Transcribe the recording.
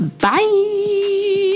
Bye